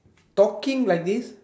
talking like this